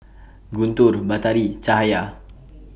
Guntur Batari Cahaya